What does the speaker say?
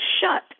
shut